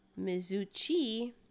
mizuchi